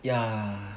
yeah